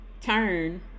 turn